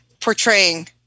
portraying